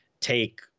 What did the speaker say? take –